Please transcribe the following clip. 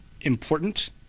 important